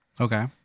Okay